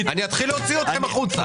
אני אתחיל להוציא אתכם החוצה.